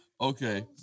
Okay